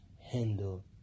handle